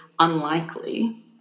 unlikely